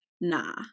nah